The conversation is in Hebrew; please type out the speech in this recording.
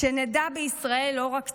שנדע בישראל לא רק צער,